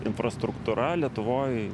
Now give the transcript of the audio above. infrastruktūra lietuvoj